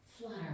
flutter